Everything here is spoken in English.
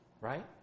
Right